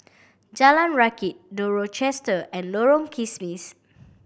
Jalan Rakit The Rochester and Lorong Kismis